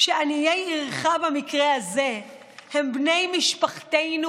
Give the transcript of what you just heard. ש"עניי עירך" במקרה הזה הם בני משפחתנו